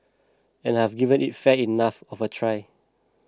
and I've given it fair enough of a try